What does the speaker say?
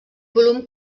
volum